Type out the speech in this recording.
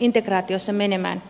integraatiossa menemään